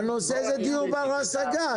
נעשה פגישת עבודה על הדבר הזה.